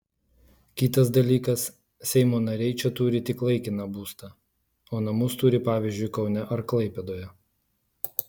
kitas dalykas seimo nariai čia turi tik laikiną būstą o namus turi pavyzdžiui kaune ar klaipėdoje